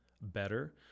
better